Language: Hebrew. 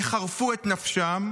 יחרפו את נפשם,